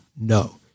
No